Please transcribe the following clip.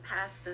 past